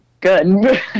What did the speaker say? good